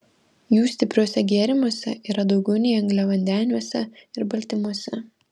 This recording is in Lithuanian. jų stipriuose gėrimuose yra daugiau nei angliavandeniuose ir baltymuose